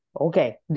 Okay